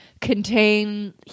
contain